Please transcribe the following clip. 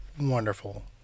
wonderful